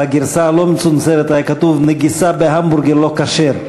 בגרסה הלא-מצונזרת היה כתוב: נגיסה בהמבורגר לא כשר.